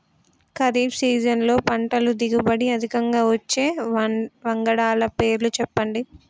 ఖరీఫ్ సీజన్లో పంటల దిగుబడి అధికంగా వచ్చే వంగడాల పేర్లు చెప్పండి?